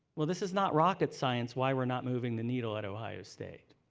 well, this is not rocket science why we're not moving the needle at ohio state.